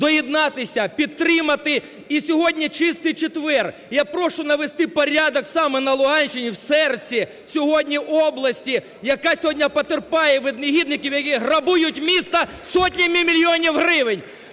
доєднатися, підтримати. І сьогодні Чистий Четвер. Я прошу навести порядок саме на Луганщині, в серці сьогодні області, яка сьогодні потерпає від негідників, які грабують місто сотнями мільйонів гривень!